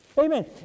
Amen